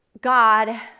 God